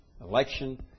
election